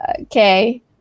Okay